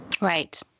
Right